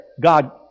God